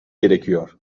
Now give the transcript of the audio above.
gerekiyor